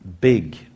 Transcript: big